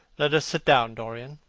let us sit down, dorian,